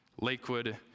Lakewood